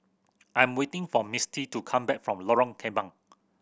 I am waiting for Misty to come back from Lorong Kembang